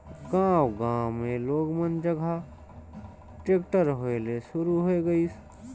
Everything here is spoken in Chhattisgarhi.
गांव गांव मे लोग मन जघा टेक्टर होय ले सुरू होये गइसे